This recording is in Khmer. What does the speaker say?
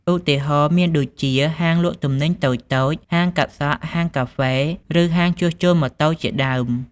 ឧទាហរណ៍មានដូចជា ហាងលក់ទំនិញតូចៗ ហាងកាត់សក់ ហាងកាហ្វេ ឬហាងជួសជុលម៉ូតូជាដើម។